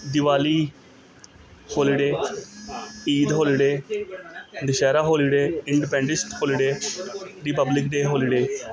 Diwali holiday Eid holiday Dussehra holiday independence holiday republic day holiday